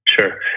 sure